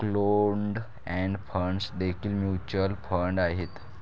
closed end funds देखील mutual fund आहेत